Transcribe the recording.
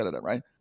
right